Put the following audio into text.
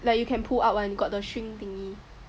like you can pull up [one] got the string thingy